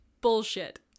Bullshit